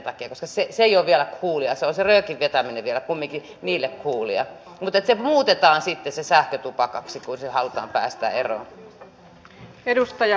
se on se röökin vetäminen vielä kumminkin heille coolia mutta se muutetaan sitten sähkötupakaksi kun siitä halutaan päästä eroon